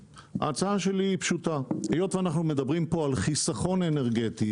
ההצעה שלי היא פשוטה: היות ואנחנו מדברים פה על חיסכון אנרגטי